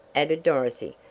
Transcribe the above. added dorothy.